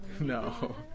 No